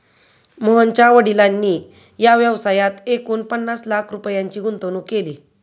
मोहनच्या वडिलांनी या व्यवसायात एकूण पन्नास लाख रुपयांची गुंतवणूक केली